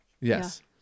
Yes